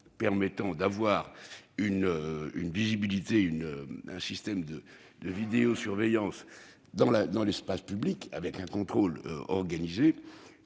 permettant de mettre en place un système de vidéosurveillance dans l'espace public, avec un contrôle organisé,